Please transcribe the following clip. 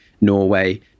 Norway